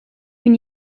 bin